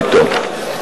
ביתו.